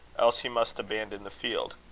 else he must abandon the field.